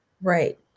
Right